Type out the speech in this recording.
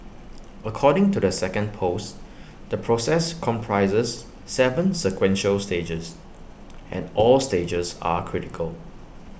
according to the second post the process comprises Seven sequential stages and all stages are critical